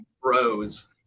bros